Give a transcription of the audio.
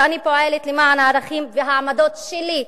שאני פועלת למען הערכים והעמדות שלי.